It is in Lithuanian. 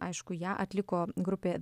aišku ją atliko grupė